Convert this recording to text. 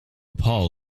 paul